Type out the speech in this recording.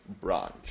branch